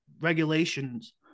regulations